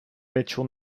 mitchell